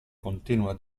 continua